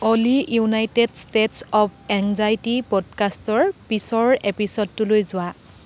Oli United States of Anxiety পডকাষ্টৰ পিছৰ এপিছ'ডটোলৈ যোৱা